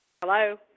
Hello